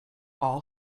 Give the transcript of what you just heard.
all